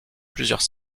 plusieurs